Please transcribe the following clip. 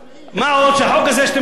מה עוד שהחוק הזה שאתם מפצלים,